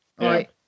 Right